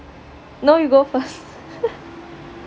no you go first